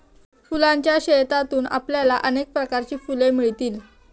फुलांच्या शेतातून आपल्याला अनेक प्रकारची फुले मिळतील